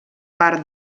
part